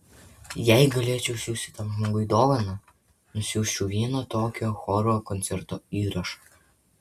jei galėčiau siųsti tam žmogui dovaną nusiųsčiau vieno tokio choro koncerto įrašą